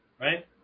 right